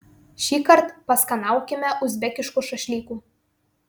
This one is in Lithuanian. šįkart paskanaukime uzbekiškų šašlykų